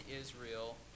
Israel